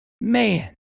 man